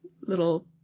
little